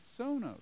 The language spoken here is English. Sonos